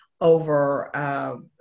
over